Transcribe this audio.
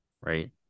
Right